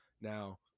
Now